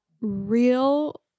real